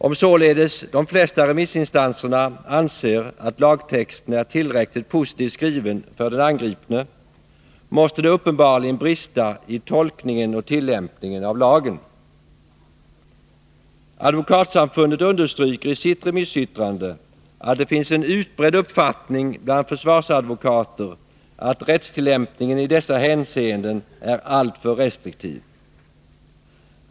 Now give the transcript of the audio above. Om således de flesta remissinstanser anser att lagtexten är tillräckligt positivt skriven för den angripne, måste det uppenbarligen brista i tolkningen och tillämpningen av lagen. Advokatsamfundet understryker i sitt remissyttrande att det finns en utbredd uppfattning bland försvarsadvokater att rättstillämpningen i dessa hänseenden är alltför restriktiv.